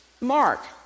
Mark